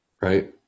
right